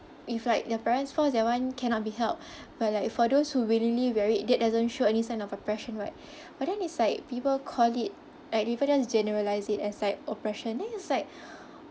if like their parents force that [one] cannot be helped but like for those who willingly wear it that doesn't show any sign of oppression right but then it's like people call it like people just generalise it like as like oppression then it's like